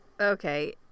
Okay